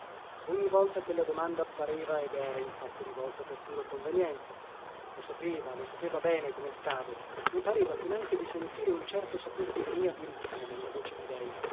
ogni volta quella domanda pareva ed era infatti rivolta per pura convenienza lo sapeva lo sapeva bene come stavo i pareva finanche di sentire un certo sapor dironia birichina nella voce di lei